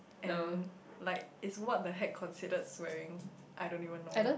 and like is what the heck considered swearing I don't even know